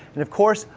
and of course,